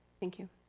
thank you.